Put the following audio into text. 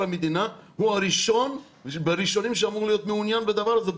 המדינה הוא הראשון שאמור להיות מעוניין בדבר הזה,